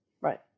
Right